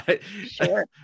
Sure